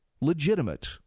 legitimate